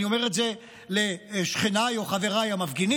אני אומר את זה לשכניי או חבריי המפגינים,